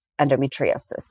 endometriosis